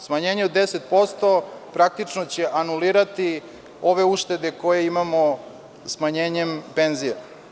Smanjenje od 10% praktično će anulirati ove uštede koje imamo smanjenjem penzija.